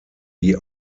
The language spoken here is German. die